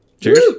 Cheers